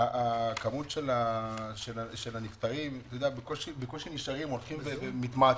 כשכמות הנפטרים הולכים ומתמעטים.